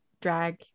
drag